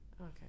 Okay